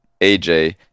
aj